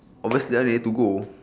obviously I need to go